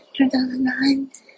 2009